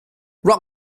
rock